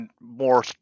more